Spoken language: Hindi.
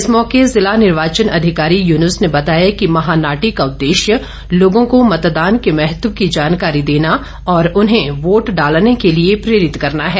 इस मौके जिला निर्वाचन अधिकारी यूनुस ने बताया कि महानाटी का उद्देश्य लोगों को मतदान के महत्व की जानकारी देना और उन्हें वोट डालने के लिए प्रेरित करना है